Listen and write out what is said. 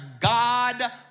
God